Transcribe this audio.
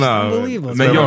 unbelievable